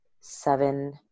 seven